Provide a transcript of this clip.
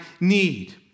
need